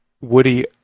Woody